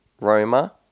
Roma